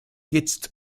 jetzt